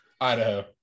Idaho